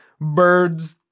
bird's